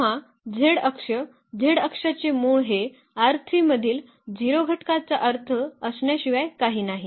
तेव्हा z अक्ष z अक्षाचे मूळ हे मधील 0 घटकाचा अर्थ असण्याशिवाय काही नाही